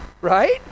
right